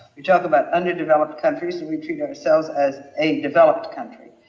we talk about underdeveloped countries and we treat ourselves as a developed country.